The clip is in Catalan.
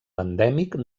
endèmic